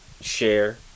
Share